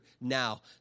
now